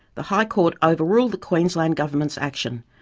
the high court overruled the queensland government's action.